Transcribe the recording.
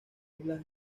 islas